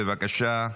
בבקשה,